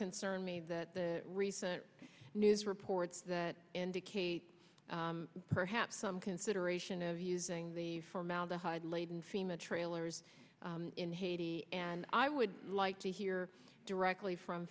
concern me that the recent news reports that indicate perhaps some consideration of using the formaldehyde laden fema trailers in haiti and i would like to hear directly from